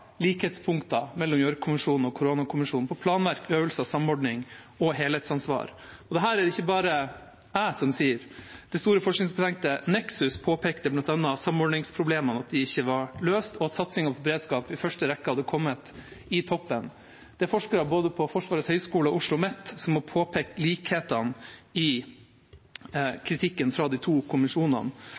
likhetspunkter mellom Gjørv-kommisjonen og koronakommisjonen – på planverk, øvelser og samordning og helhetsansvar. Dette er det ikke bare jeg som sier. Det store forskningsprosjektet NEXUS påpekte bl.a. at samordningsproblemene ikke var løst, og at satsingen på beredskap i første rekke hadde kommet i toppen. Det er forskere fra både Forsvarets høgskole og OsloMet som har påpekt likhetene i kritikken fra de to kommisjonene.